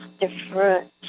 different